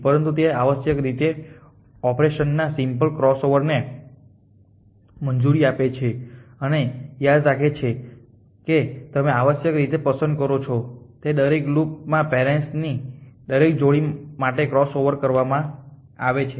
પરંતુ તે આવશ્યક રીતે ઓપરેશનના સિમ્પલ ક્રોસઓવર ને મંજૂરી આપે છે અને યાદ રાખે છે કે તમે આવશ્યક રીતે પસંદ કરો છો તે દરેક લૂપમાં પેરેન્ટસ ની દરેક જોડી માટે ક્રોસઓવર કરવામાં આવે છે